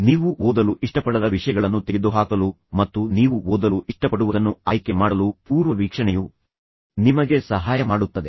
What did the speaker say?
ನೀವು ಓದಲು ಇಷ್ಟಪಡದ ವಿಷಯಗಳನ್ನು ತೆಗೆದುಹಾಕಲು ಮತ್ತು ನೀವು ಓದಲು ಇಷ್ಟಪಡುವದನ್ನು ಆಯ್ಕೆ ಮಾಡಲು ಪೂರ್ವವೀಕ್ಷಣೆಯು ನಿಮಗೆ ಸಹಾಯ ಮಾಡುತ್ತದೆ